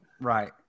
Right